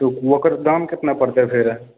तऽ ओकर दाम कितना पड़तै फेर